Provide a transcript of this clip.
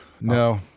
No